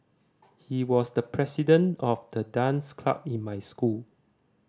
he was the president of the dance club in my school